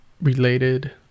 related